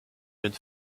jeune